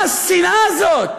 מה השנאה הזאת?